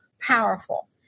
powerful